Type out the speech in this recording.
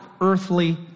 Earthly